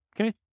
Okay